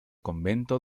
convento